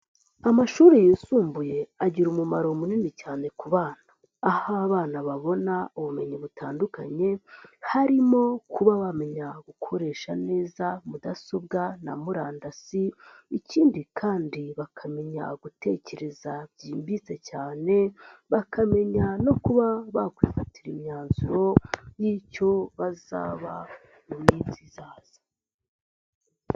Amashuri yisumbuye agira umumaro munini cyane ku bana, aho abana babona ubumenyi butandukanye harimo kuba bamenya gukoresha neza mudasobwa na murandasi, ikindi kandi bakamenya gutekereza byimbitse cyane, bakamenya no kuba bakwifatira imyanzuro y'icyo bazaba mu minsi izaza.